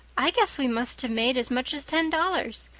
i guess we must have made as much as ten dollars.